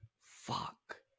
Fuck